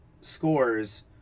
scores